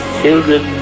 children